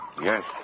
Yes